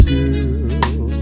Girl